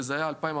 שזה היה 2014,